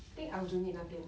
I think aljunied 那边